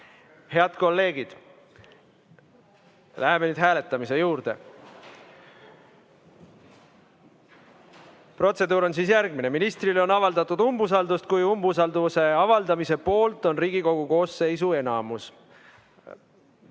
Head kolleegid, läheme nüüd hääletamise juurde. Protseduur on järgmine. Ministrile on avaldatud umbusaldust, kui umbusalduse avaldamise poolt on Riigikogu koosseisu enamus.